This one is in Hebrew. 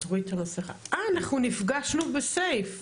אנחנו נפגשנו בסיף.